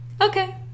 Okay